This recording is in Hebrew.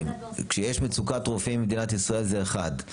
כשיש מצוקת רופאים במדינת ישראל זה אחד,